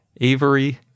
Avery